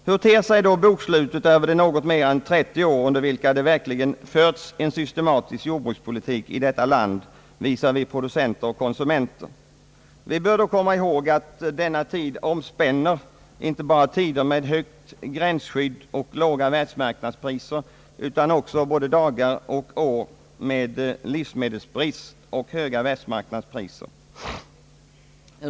Hur ter sig då bokslutet för de något mer än 30 år då det verkligen förts en systematisk jordbrukspolitik i detta land visavi producenter och konsumenter? Vi bör då komma ihåg, att denna tid omspänner inte bara tider med högt gränsskydd och låga världsmarknadspriser, utan också både dagar och år med livsmedelsbrist och höga världsmarknadspriser.